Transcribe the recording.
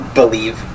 believe